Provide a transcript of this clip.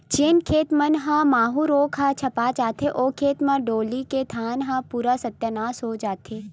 जेन खेत मन म माहूँ रोग ह झपा जथे, ओ खेत या डोली के धान ह पूरा सत्यानास हो जथे